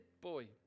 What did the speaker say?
boy